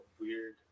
weird